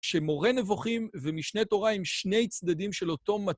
שמורה נבוכים ומשנה תורה עם שני צדדים של אותו מטבע